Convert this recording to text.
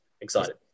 excited